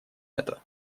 это